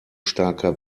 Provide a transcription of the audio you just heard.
starker